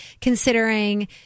considering